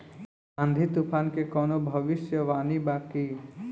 आँधी तूफान के कवनों भविष्य वानी बा की?